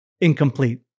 incomplete